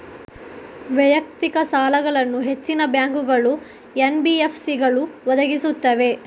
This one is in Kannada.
ವೈಯಕ್ತಿಕ ಸಾಲಗಳನ್ನು ಹೆಚ್ಚಿನ ಬ್ಯಾಂಕುಗಳು, ಎನ್.ಬಿ.ಎಫ್.ಸಿಗಳು ಒದಗಿಸುತ್ತವೆ